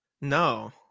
No